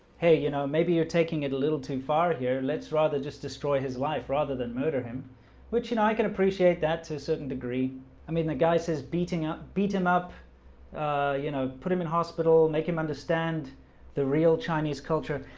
hey, you know, maybe you're taking it a little too far here let's rather just destroy his life rather than murder him which you know, i can appreciate that to a certain degree i mean the guy says beating up beat him up you know put him in hospital make him understand the real chinese culture.